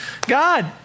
God